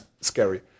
scary